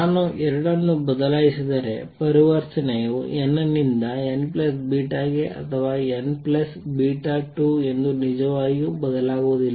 ನಾನು 2 ಅನ್ನು ಬದಲಾಯಿಸಿದರೆ ಪರಿವರ್ತನೆಯು n ನಿಂದ n β ಗೆ ಅಥವಾ n ಪ್ಲಸ್ ಬೀಟಾ 2 ಎಂದು ನಿಜವಾಗಿಯೂ ಬದಲಾಗುವುದಿಲ್ಲ